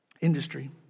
industry